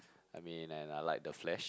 I mean and I like the flash